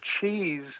cheese